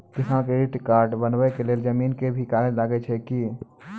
किसान credit card बनबा के लेल जमीन के भी कागज लागै छै कि?